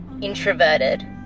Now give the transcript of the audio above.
introverted